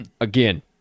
again